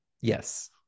Yes